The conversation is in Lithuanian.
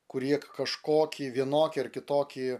kurie kažkokį vienokį ar kitokį